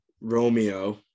Romeo